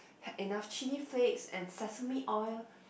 had enough chili flakes and sesame oil